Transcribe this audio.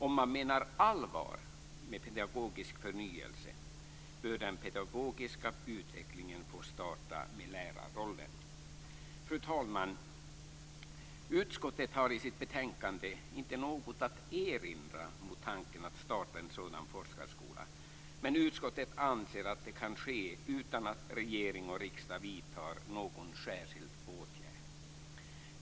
Om man menar allvar med pedagogisk förnyelse bör den pedagogiska utvecklingen få starta med lärarrollen. Fru talman! Utskottet har i sitt betänkande inte något att erinra mot tanken att starta en sådan forskarskola, men utskottet anser att det kan ske utan att regering och riksdag vidtar någon särskild åtgärd.